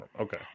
Okay